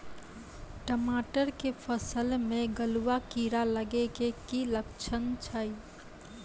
टमाटर के फसल मे गलुआ कीड़ा लगे के की लक्छण छै